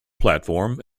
platform